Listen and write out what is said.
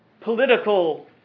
Political